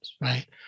right